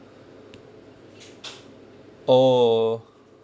oh